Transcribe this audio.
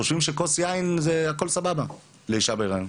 חושבים שכוס יין זה בסדר גמור לאישה בהיריון.